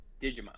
Digimon